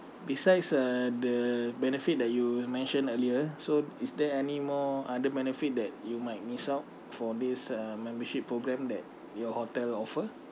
besides uh the benefit that you mentioned earlier so is there anymore other benefit that you might miss out for this uh membership program that your hotel offer